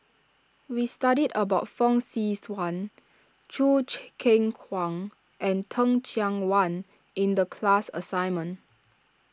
we studied about Fong Swee Suan Choo Keng Kwang and Teh Cheang Wan in the class assignment